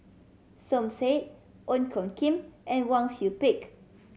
Som Said Ong Tjoe Kim and Wang Sui Pick